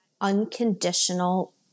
unconditional